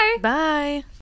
Bye